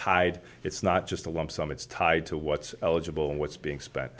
tied it's not just a lump sum it's tied to what eligible and what's being spent